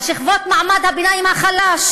על חשבון שכבות מעמד הביניים החלש.